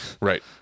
Right